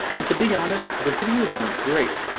and to be honest, the videos weren't great.